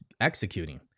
executing